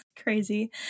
Crazy